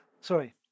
Sorry